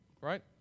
right